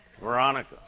Veronica